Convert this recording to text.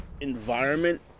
environment